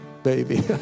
Baby